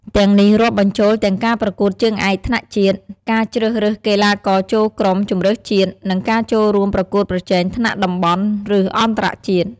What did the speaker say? ទាំងនេះរាប់បញ្ចូលទាំងការប្រកួតជើងឯកថ្នាក់ជាតិ ការជ្រើសរើសកីឡាករចូលក្រុមជម្រើសជាតិ និងការចូលរួមប្រកួតប្រជែងថ្នាក់តំបន់ ឬអន្តរជាតិ។